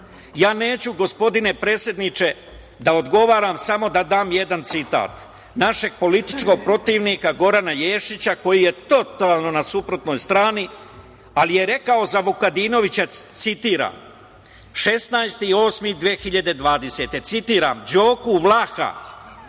migrante. Neću, gospodine predsedniče da odgovaram, samo da dam jedan citat našeg političkog protivnika Gorana Ješića, koji je totalno na suprotnoj strani, ali je rekao za Vukadinovića, citiram – 16. avgust 2020. godine, citiram – Đoku Vlaha,